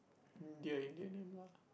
Indian Indian name lah